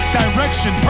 direction